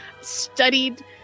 studied